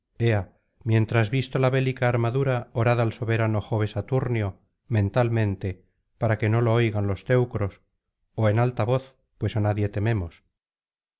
mientras visto la bélica armadura orad al soberano jove saturnio mentalmente para que no lo oigan los teucros ó en alta voz pues á nadie tememos